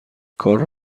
کار